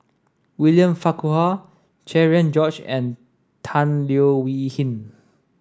William Farquhar Cherian George and Tan Leo Wee Hin